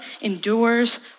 endures